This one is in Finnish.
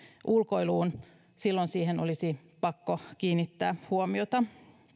ulkoiluun silloin siihen olisi pakko kiinnittää huomiota